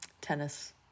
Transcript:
tennis